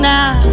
Now